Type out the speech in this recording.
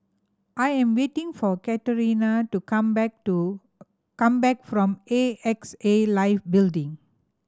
I am waiting for Catrina to come back to come back from A X A Life Building